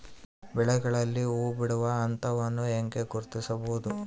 ಬೆಳೆಗಳಲ್ಲಿ ಹೂಬಿಡುವ ಹಂತವನ್ನು ಹೆಂಗ ಗುರ್ತಿಸಬೊದು?